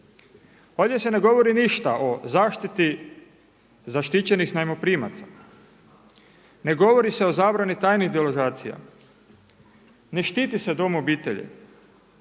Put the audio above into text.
Ovdje se ne govori ništa o zaštiti zaštićenih najmoprimaca, ne govori se o zabrani tajnih deložacija, ne štiti se dom obitelji,